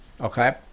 okay